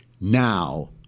Now